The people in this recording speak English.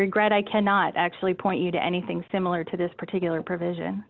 regret i cannot actually point you to anything similar to this particular provision